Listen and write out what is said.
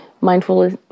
mindfulness